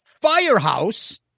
Firehouse